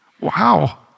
Wow